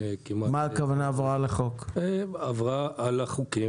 מה הכוונה ב"עברה על החוק"?